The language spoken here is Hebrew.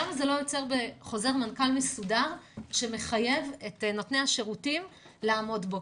למה זה לא יוצא בחוזר מנכ"ל מסודר שמחייב את נותני השירותים לעמוד בו?